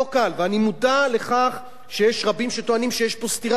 ואני מודע לכך שיש רבים שטוענים שיש פה סתירה פנימית,